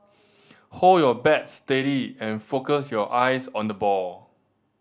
hold your bat steady and focus your eyes on the ball